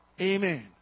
Amen